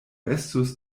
estus